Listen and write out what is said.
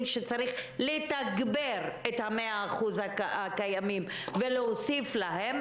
שצריך לתגבר את המאה האחוז הקיימים ולהוסיף להם,